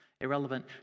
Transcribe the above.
irrelevant